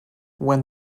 when